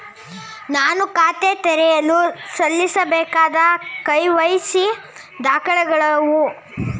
ನಾನು ಖಾತೆ ತೆರೆಯಲು ಸಲ್ಲಿಸಬೇಕಾದ ಕೆ.ವೈ.ಸಿ ದಾಖಲೆಗಳಾವವು?